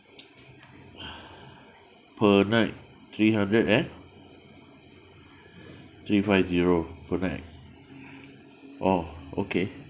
per night three hundred and three five zero per night oh okay